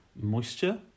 moisture